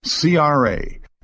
CRA